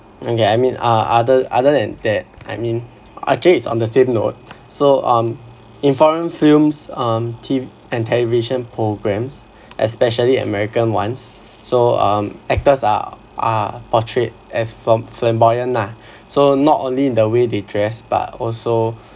okay I mean uh other other than that I mean actually on the same note so um in foreign films um and television programmes especially american ones so um actors are are portrayed as flam~ flamboyant lah so not only in the way they dress but also